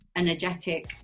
energetic